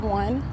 one